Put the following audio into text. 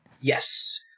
yes